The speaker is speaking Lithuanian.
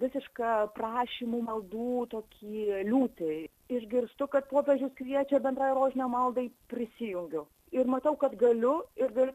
visišką prašymų maldų tokį liūtį išgirstu kad popiežius kviečia bendrai rožinio maldai prisijungiu ir matau kad galiu ir galiu